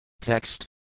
Text